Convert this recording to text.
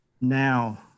now